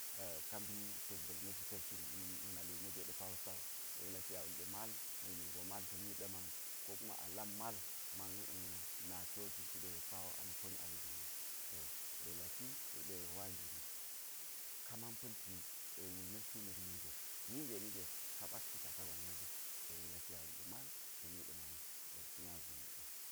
ka mbi ta̱k ba̱l ma̱ji tek ju na̱ na̱li wu ma̱jwe ɗe pa wo sa wu yek laki yek a wuli ɗe mal na̱k ningo mal ta̱mi ɗa man ko kuma a lam mal ma̱n na kyo jwisi ɗe a ma̱ pa̱n a alubii wu to yek laki yek ɗe wa gini ka man pa̱lti wul na̱si na̱k ninge, nige nige ka ɓatl bukata gwa na̱ nali to yek laki yek a wuli ɗe mal ta̱mi ɗa mani to ta̱ nya zini ang.